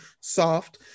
soft